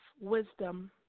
wisdom